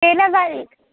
केलं बारीक